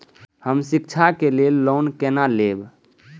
हम शिक्षा के लिए लोन केना लैब?